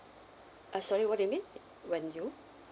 uh sorry what do you mean when you